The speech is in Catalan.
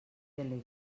delegue